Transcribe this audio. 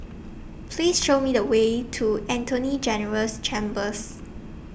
Please Show Me The Way to Attorney General's Chambers